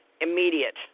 immediate